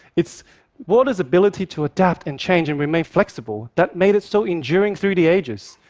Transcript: it's water's ability to adapt and change and remain flexible that made it so enduring through the ages,